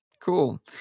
Cool